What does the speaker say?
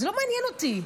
זה לא מעניין אותי.